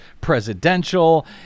presidential